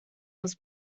was